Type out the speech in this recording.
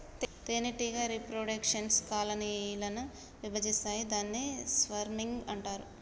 తేనెటీగ reproduction colony ల విభజిస్తాయి దాన్ని స్వర్మింగ్ అంటారు